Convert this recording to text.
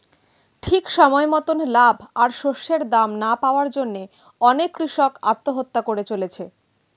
ঠিক সময় মতন লাভ আর শস্যের দাম না পাওয়ার জন্যে অনেক কূষক আত্মহত্যা করে চলেছে